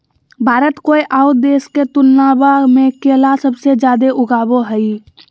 भारत कोय आउ देश के तुलनबा में केला सबसे जाड़े उगाबो हइ